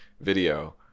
video